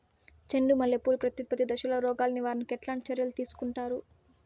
చెండు మల్లె పూలు ప్రత్యుత్పత్తి దశలో రోగాలు నివారణకు ఎట్లాంటి చర్యలు తీసుకుంటారు?